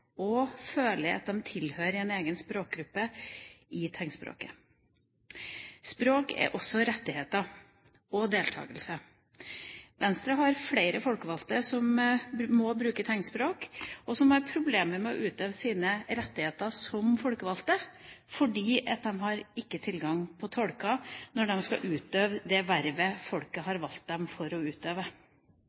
og føler at de tilhører en egen språkgruppe i tegnspråket. Språk er også rettigheter og deltakelse. Venstre har flere folkevalgte som må bruke tegnspråk, og som har problemer med sine rettigheter som folkevalgte fordi de ikke har tilgang på tolker når de skal utføre det vervet folket har valgt dem for å